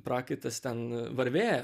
prakaitas ten varvėjo